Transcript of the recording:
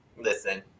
listen